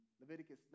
Leviticus